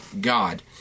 God